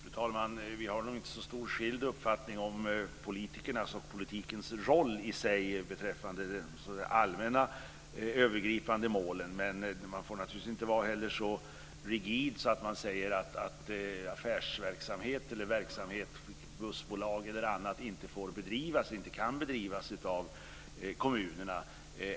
Fru talman! Det är inte så stor skillnad i vår uppfattning om politikernas roll i de allmänna övergripande målen. Man får naturligtvis inte vara så rigid att man säger att affärsverksamhet eller verksamhet i bussbolag inte får eller kan bedrivas av kommunerna.